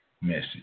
message